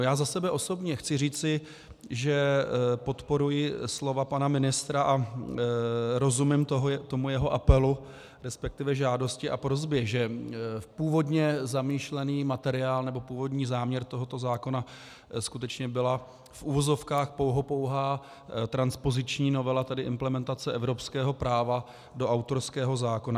Já za sebe osobně chci říci, že podporuji slova pana ministra a rozumím jeho apelu, resp. žádosti a prosbě, že původně zamýšlený materiál, nebo původní záměr tohoto zákona skutečně byla v uvozovkách pouhopouhá transpoziční novela, tedy implementace evropského práva do autorského zákona.